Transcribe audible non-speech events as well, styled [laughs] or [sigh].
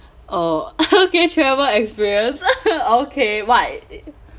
oh okay [laughs] travel experience [laughs] okay what